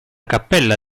cappella